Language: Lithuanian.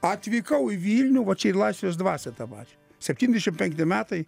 atvykau į vilnių va čia į laisvės dvasią tą pačią septyniasdešim penkti metai